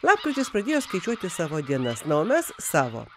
lapkritis pradėjo skaičiuoti savo dienas na o mes savo